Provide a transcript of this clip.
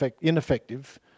ineffective